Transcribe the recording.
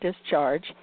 discharge